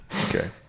Okay